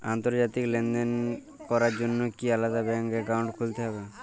আন্তর্জাতিক লেনদেন করার জন্য কি আলাদা ব্যাংক অ্যাকাউন্ট খুলতে হবে?